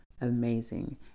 Amazing